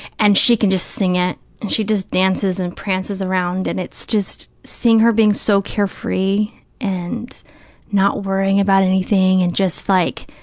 and she can just sing it and she just dances and prances around and it's just seeing her being so carefree and not worrying about anything and just like,